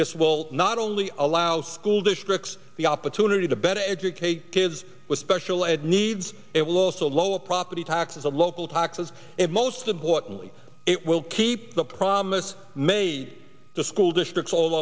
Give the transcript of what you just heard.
this will not only allow school districts the opportunity to better educate kids with special ed needs it will also lower property taxes the local taxes and most importantly it will keep the promise made to school districts all